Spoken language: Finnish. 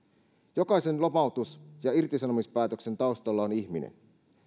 jokaisen lomautus ja irtisanomispäätöksen taustalla on ihminen